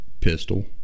pistol